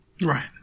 Right